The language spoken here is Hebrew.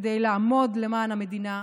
כדי לעמוד למען המדינה,